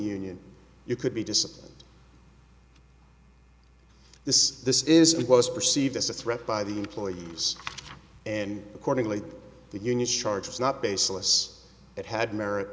union you could be disciplined this this is it was perceived as a threat by the employees and accordingly the union charges not baseless it had merit